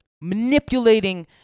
manipulating